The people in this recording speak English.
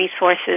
resources